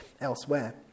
elsewhere